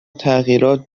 تغییرات